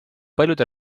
paljude